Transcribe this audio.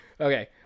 Okay